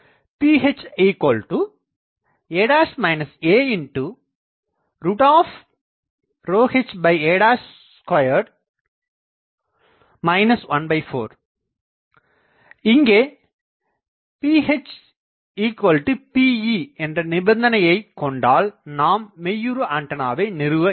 Pha aha2 1412 இங்கே PhPeஎன்ற நிபந்தனையை கொண்டால் நாம் மெய்யுறு ஆண்டனாவை நிறுவ இயலும்